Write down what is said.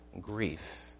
Grief